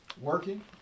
Working